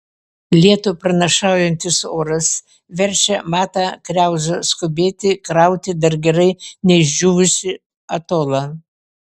lietų pranašaujantis oras verčia matą kriauzą skubėti krauti dar gerai neišdžiūvusį atolą